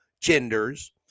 genders